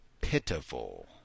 pitiful